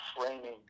framing